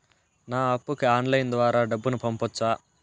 నా అప్పుకి ఆన్లైన్ ద్వారా డబ్బును పంపొచ్చా